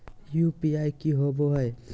UPI की होवे हय?